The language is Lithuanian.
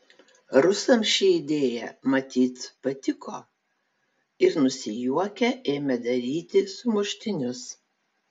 rusams ši idėja matyt patiko ir nusijuokę ėmė daryti sumuštinius